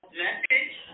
message